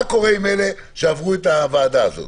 מה קורה עם אלה שעברו את הוועדה הזאת?